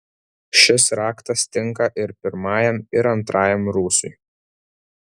šis raktas tinka ir pirmajam ir antrajam rūsiui